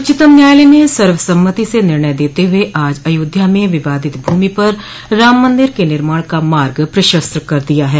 उच्चतम न्यायालय ने सर्वसम्मति से निर्णय देते हुए आज अयोध्या में विवादित भूमि पर राम मंदिर के निर्माण का मार्ग प्रशस्त कर दिया है